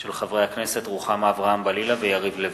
מאת חבר הכנסת מאיר שטרית,